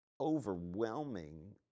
overwhelming